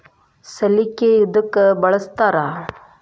ಸಲಿಕೆ ಯದಕ್ ಬಳಸ್ತಾರ?